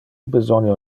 besonio